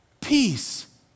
Peace